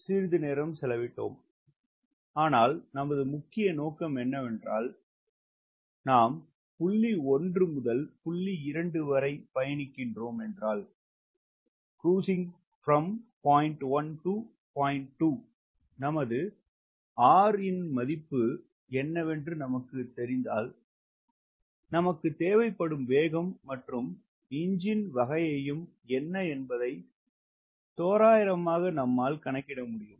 slide நேரத்தைப் பார்க்கவும் 0103 ஆனால் நமது முக்கிய நோக்கம் என்னவென்றால் நாம் புள்ளி 1 முதல் புள்ளி 2 வரை பயணிக்கின்றோம் என்றால் நமது R இன் மதிப்பு என்னவென்று நமக்கு தெரிந்தால் தேவைப்படும் வேகம் மற்றும் என்ஜின் வகைகையும் என்ன என்பதை தோராயமாக நம்மால் கணக்கிட முடியும்